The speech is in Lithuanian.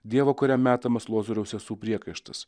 dievo kuriam metamas lozoriaus sesų priekaištas